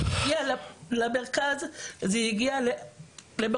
זה הגיע למרכז,